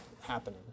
happening